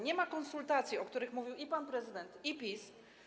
Nie ma konsultacji, o których mówił i pan prezydent, i PiS.